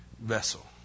vessel